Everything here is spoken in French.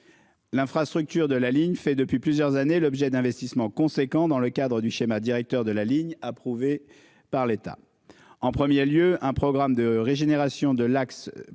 L'infrastructure de la ligne fait depuis plusieurs années, l'objet d'investissements conséquents dans le cadre du schéma directeur de la ligne approuvé par l'État en 1er lieu un programme de régénération de l'axe